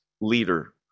leader